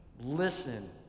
listen